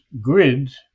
grids